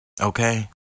Okay